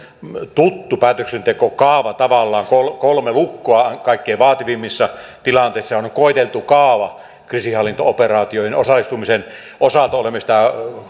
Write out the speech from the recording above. tuttu päätöksentekokaava tavallaan kolme lukkoa kaikkein vaativimmissa tilanteissahan on koeteltu kaava kriisinhallintaoperaatioihin osallistumisen osalta olemme sitä